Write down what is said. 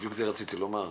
בדיוק זה רציתי לומר,